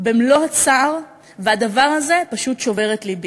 במלוא הצער, והדבר הזה פשוט שובר את לבי.